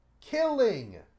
killing